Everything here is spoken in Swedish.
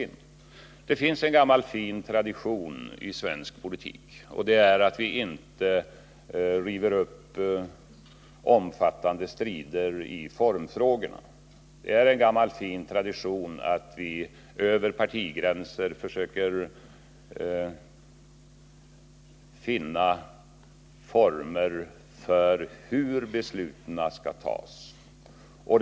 s Det finns en gammal fin tradition i svensk politik, och det är att vi inte river upp omfattande strider i formfrågor. Det är en gammal fin tradition att vi över partigränser försöker finna former för hur besluten skall fattas.